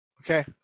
Okay